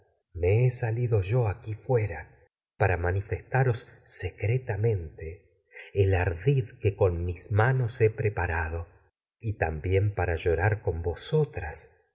he salido el yo aquí fue ra para ma con nifestaros secretamente ardid que mis manos he preparado que una y también pues para no llorar con vosotras